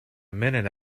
minute